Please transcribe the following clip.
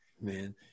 man